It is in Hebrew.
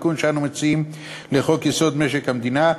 בתיקון שאנו מציעים לחוק-יסוד: משק המדינה,